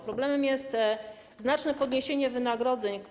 Problemem jest znaczne podniesienie wynagrodzeń.